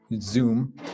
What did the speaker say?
Zoom